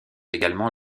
également